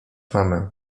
mamę